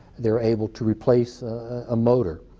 they are able to replace a motor,